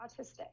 autistic